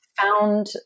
found